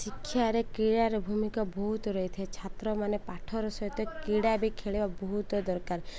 ଶିକ୍ଷାରେ କ୍ରୀଡ଼ାର ଭୂମିକା ବହୁତ ରହିଥାଏ ଛାତ୍ରମାନେ ପାଠର ସହିତ କ୍ରୀଡ଼ା ବି ଖେଳିବା ବହୁତ ଦରକାର